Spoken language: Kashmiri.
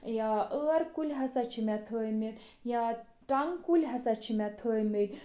یا ٲر کُلۍ ہَسا چھِ مےٚ تھٲومٕتۍ یا ٹَنٛگہٕ کُلۍ ہَسا چھِ مےٚ تھٲومٕتۍ